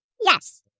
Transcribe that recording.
Yes